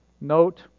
note